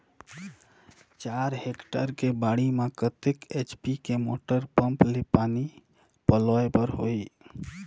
चार हेक्टेयर के बाड़ी म कतेक एच.पी के मोटर पम्म ले पानी पलोय बर होही?